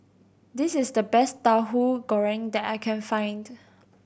this is the best Tauhu Goreng that I can find